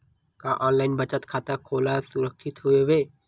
का ऑनलाइन बचत खाता खोला सुरक्षित हवय?